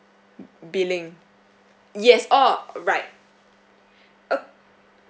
billing yes oh right ok~